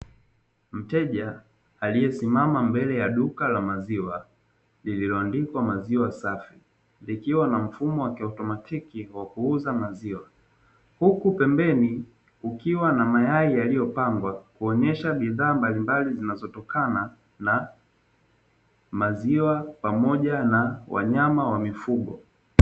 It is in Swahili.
Mteja aliyesimama mbele ya duka la maziwa lililoandikwa" maziwa safi" likiwa na mfumo wa kiotomatiki wa kuuza maziwa, huku pembeni kukiwa na mayai yaliyopangwa kuonyesha bidhaa mbalimbali zinazotokana na maziwa pamoja na wanyama wa mifugo.